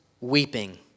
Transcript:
weeping